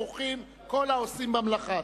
ברוכים כל העושים במלאכה.